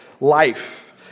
life